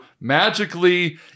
magically